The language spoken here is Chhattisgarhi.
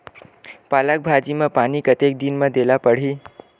पालक भाजी म पानी कतेक दिन म देला पढ़ही?